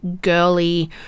girly